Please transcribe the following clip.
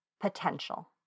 potential